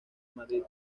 madrid